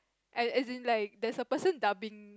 as as in like there's a person dubbing